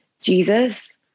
Jesus